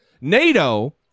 NATO